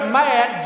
mad